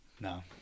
No